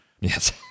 Yes